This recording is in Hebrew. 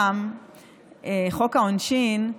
חוק העונשין,